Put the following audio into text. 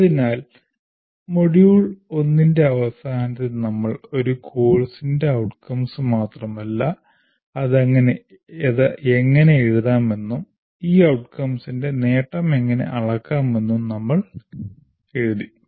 അതിനാൽ മൊഡ്യൂൾ 1 ന്റെ അവസാനത്തിൽ നമ്മൾ ഒരു കോഴ്സിന്റെ outcomes മാത്രമല്ല അത് എങ്ങനെ എഴുതാമെന്നും ഈ outcomes ൻറെ നേട്ടം എങ്ങനെ അളക്കാമെന്നും നമ്മൾ എഴുതി